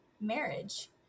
marriage